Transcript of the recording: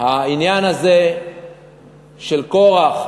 העניין הזה של קורח,